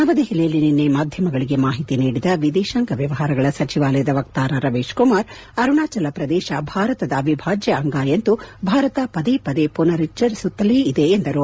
ನವದೆಹಲಿಯಲ್ಲಿ ನಿನ್ನೆ ಮಾಧ್ಯಮಗಳಿಗೆ ಮಾಹಿತಿ ನೀಡಿದ ವಿದೇಶಾಂಗ ವ್ಲವಹಾರಗಳ ಸಚಿವಾಲಯದ ವಕ್ತಾರ ರವೀಶ್ ಕುಮಾರ್ ಅರುಣಾಚಲ ಪ್ರದೇಶ ಭಾರತದ ಅವಿಭಾಜ್ಯ ಅಂಗ ಎಂದು ಭಾರತ ಪದೇ ಪದೇ ಪುನರುಚ್ಚರಿಸುತ್ತಲೇ ಇದೆ ಎಂದರು